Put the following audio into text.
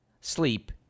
sleep